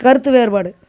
கருத்து வேறுபாடு